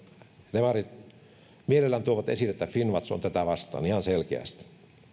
demarit mielellään tuovat esille että finnwatch on tätä vastaan ihan selkeästi